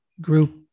group